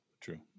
True